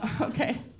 Okay